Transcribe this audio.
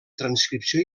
transcripció